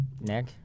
Nick